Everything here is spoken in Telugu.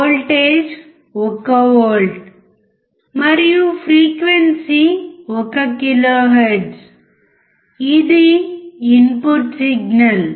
వోల్టేజ్ 1 వోల్ట్ మరియు ఫ్రీక్వెన్సీ 1 కిలోహెర్ట్జ్ ఇది ఇన్పుట్ సిగ్నల్